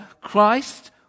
Christ